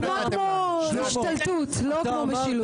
זה נשמע כמו השתלטות, לא כמו משילות.